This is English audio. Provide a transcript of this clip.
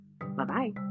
Bye-bye